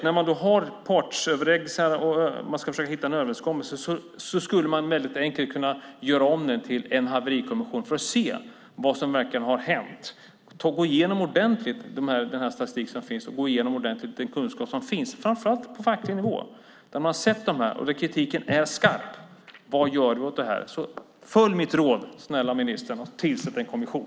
När man har partsöverläggningar och ska försöka hitta en överenskommelse skulle man väldigt enkelt kunna göra om detta till en haverikommission för att se vad som verkligen har hänt. Man skulle kunna gå igenom den statistik och den kunskap som finns ordentligt, framför allt på facklig nivå. Där är kritiken skarp. Vad gör ni åt det här? Följ mitt råd, snälla ministern, och tillsätt en kommission!